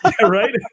Right